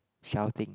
shouting